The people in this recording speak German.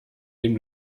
dem